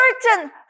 Certain